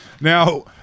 Now